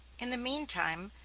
in the mean time,